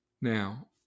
Now